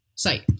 site